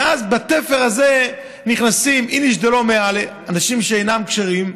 ואז, בתפר הזה נכנסים אנשים שאינם כשרים,